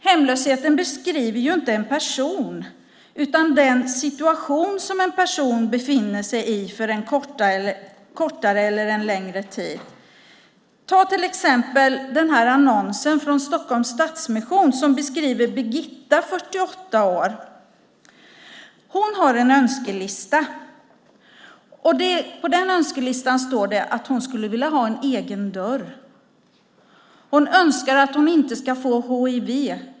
Hemlösheten beskriver ju inte en person utan den situation som en person befinner sig i för en kortare eller längre tid. Ta till exempel annonsen från Stockholms stadsmission som beskriver Birgitta, 48 år. Hon har en önskelista. På önskelistan står det att hon skulle vilja ha en egen dörr. Hon önskar att hon inte ska få hiv.